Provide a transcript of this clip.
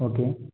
okay